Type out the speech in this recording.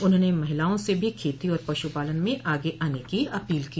उन्होंने महिलाओं से भी खेती और पश्रपालन में आगे आने की अपील की